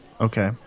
Okay